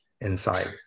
inside